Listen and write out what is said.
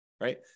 right